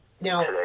now